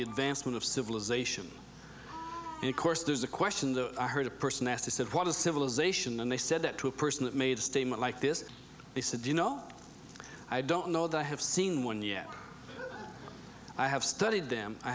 the advancement of civilization and of course there's the question the i heard a person asked is that what a civilization and they said that to a person that made a statement like this they said you know i don't know that i have seen one yet i have studied them i